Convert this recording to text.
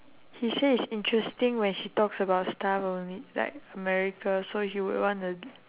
he say it's interesting when she talks about stuff only like america so he would want to